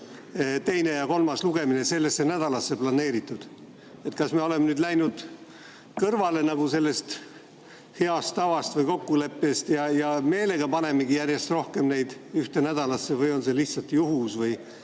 teine ja kolmas lugemine sellesse nädalasse planeeritud. Kas me oleme nüüd läinud kõrvale sellest heast tavast või kokkuleppest ja meelega panemegi järjest rohkem neid ühte nädalasse või on see lihtsalt juhus? Mis